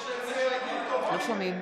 לא שומעים.